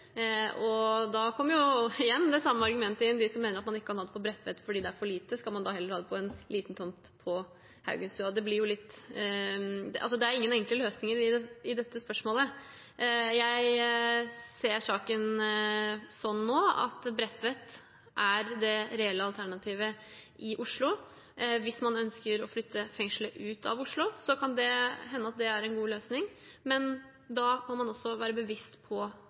Da kommer – igjen – det samme argumentet inn: Hvis man mener at man ikke kan ha det på Bredtvet fordi det er for lite, skal man da heller ha det på en liten tomt på Haugenstua? Det er ingen enkle løsninger i dette spørsmålet. Jeg ser saken slik nå at Bredtvet er det reelle alternativet i Oslo. Hvis man ønsker å flytte fengselet ut av Oslo, kan det hende at det er en god løsning, men da må man også være bevisst på